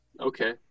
Okay